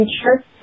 future